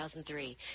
2003